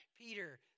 Peter